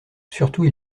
surtout